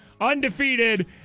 Undefeated